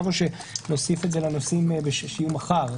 או שנוסיף את זה לנושאים שיידונו מחר.